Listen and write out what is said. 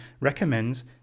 recommends